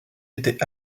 était